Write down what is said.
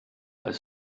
als